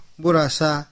burasa